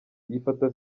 yifata